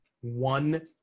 one